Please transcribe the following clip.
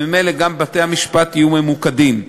וממילא גם בתי-המשפט יהיו ממוקדים.